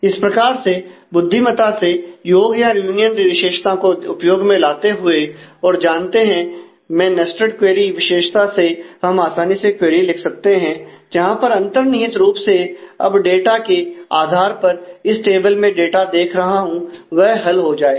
इस प्रकार से बुद्धिमता से योग या यूनियन विशेषता को उपयोग में लाते हुए और आप जानते हैं मैं नेस्टेड क्वेरी विशेषता से हम आसानी से क्वेरी लिख सकते हैं जहां पर अंतर्निहित रूप से अब डाटा के आधार पर इस टेबल मैं डाटा देख रहा हूं वह हल हो जाएगा